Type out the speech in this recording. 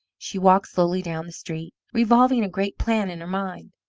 she walked slowly down the street, revolving a great plan in her mind.